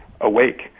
awake